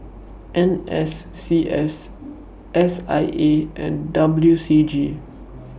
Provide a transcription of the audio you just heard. N S C S S I A and W C G